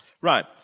Right